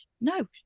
No